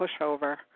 pushover